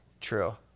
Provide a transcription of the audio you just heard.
true